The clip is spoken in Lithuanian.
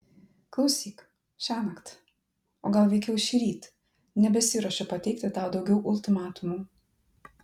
klausyk šiąnakt o gal veikiau šįryt nebesiruošiu pateikti tau daugiau ultimatumų